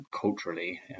culturally